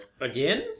Again